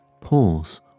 pause